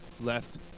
left